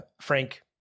Frank